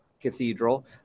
Cathedral